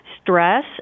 Stress